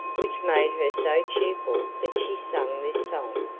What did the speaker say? which made her so cheerful that she sang this song